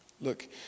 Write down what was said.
Look